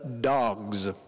dogs